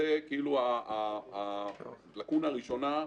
זאת הלקונה הראשונה,